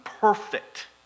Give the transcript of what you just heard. perfect